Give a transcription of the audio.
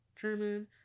German